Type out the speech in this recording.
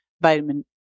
vitamin